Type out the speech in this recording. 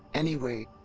anyway,